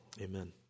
amen